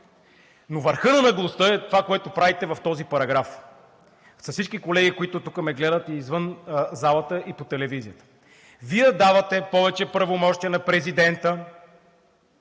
Но върхът на наглостта е това, което правите в този параграф, с всички колеги, които тук ме гледат и извън залата, и по телевизията. Вие давате повече правомощия на президента,